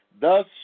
Thus